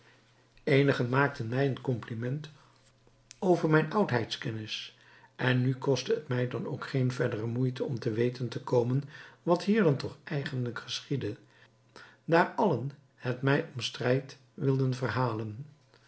eenigen maakten mij een kompliment over mijne oudheidkennis en nu kostte het mij dan ook geen verdere moeite om te weten te komen wat hier dan toch eigenlijk geschiedde daar allen het mij om strijd wilden verhalen